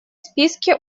списке